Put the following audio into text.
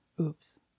oops